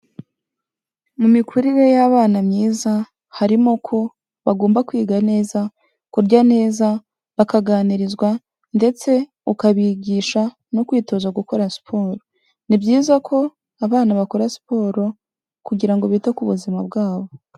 Mu mikurire y'abana myiza harimo ko bagomba kwiga neza, kurya neza, bakaganirizwa ndetse ukabigisha no kwitoza gukora siporo, ni byiza ko abana bakora siporo kugira ngo bite ku buzima bwabo.